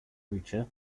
creature